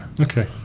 Okay